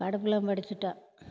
படிப்புலாம் படிச்சிகிட்டான்